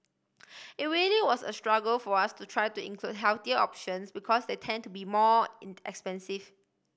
it really was a struggle for us to try to include healthier options because they tend to be more expensive